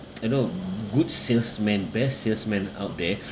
I know good salesman best salesmen out there